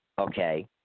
okay